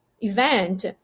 Event